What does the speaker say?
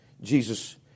Jesus